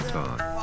time